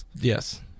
Yes